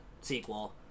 sequel